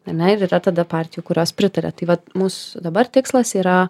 ane ir yra tada partijų kurios pritaria tai vat mūsų dabar tikslas yra